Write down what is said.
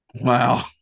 wow